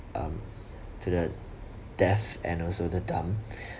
um to the deaf and also the dumb